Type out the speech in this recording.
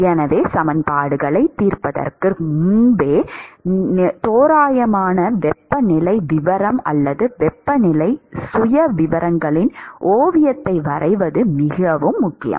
எனவே சமன்பாடுகளைத் தீர்ப்பதற்கு முன்பே தோராயமான வெப்பநிலை விவரம் அல்லது வெப்பநிலை சுயவிவரங்களின் ஓவியத்தைப் பெறுவது மிகவும் முக்கியம்